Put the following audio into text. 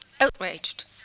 outraged